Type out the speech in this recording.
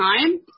time